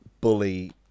bully